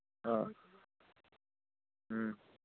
ꯑ ꯎꯝ